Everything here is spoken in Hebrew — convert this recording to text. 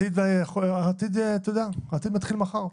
אתה יודע, העתיד מתחיל מחר.